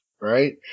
right